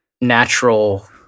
natural